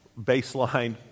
baseline